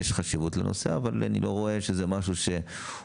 יש חשיבות לנושא אבל אני לא רואה שזה משהו שלגבינו,